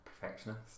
perfectionist